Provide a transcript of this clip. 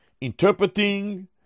interpreting